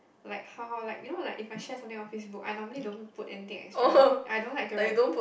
like how like you know like if I share something on Facebook I normally don't put anything extra I don't like to write